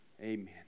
Amen